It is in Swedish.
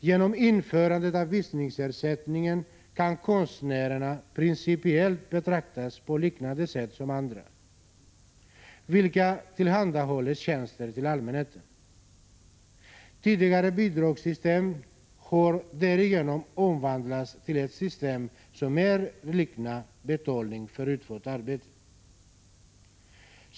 Genom införandet av visningsersättningen kan konstnärerna principiellt betraktas på liknande sätt som andra, vilka tillhandahåller tjänster till allmänheten. Tidigare bidragssystem har därigenom omvandlats till ett system som mer liknar betalning för utfört arbete.